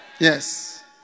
Yes